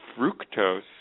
fructose